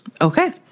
Okay